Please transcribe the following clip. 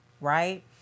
right